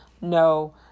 No